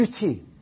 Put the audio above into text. duty